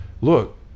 Look